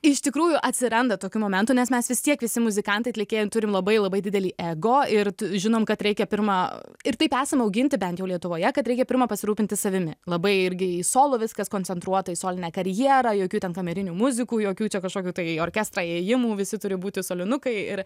iš tikrųjų atsiranda tokių momentų nes mes vis tiek visi muzikantai atlikėjai turim labai labai didelį ego ir žinom kad reikia pirma ir taip esame auginti bent jau lietuvoje kad reikia pirma pasirūpinti savimi labai irgi į solo viskas koncentruota į solinę karjerą jokių ten kamerinių muzikų jokių čia kažkokių tai orkestro įėjimų visi turi būti soliunukai ir